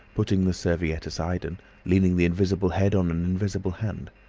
putting the serviette aside and leaning the invisible head on an invisible hand.